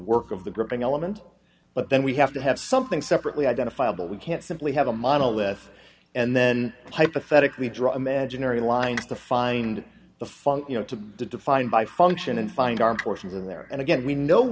work of the gripping element but then we have to have something separately identifiable we can't simply have a monolith and then hypothetically draw imaginary lines to find the fung you know to be defined by function and find armed forces in there and again we know